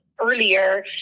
earlier